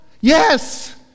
Yes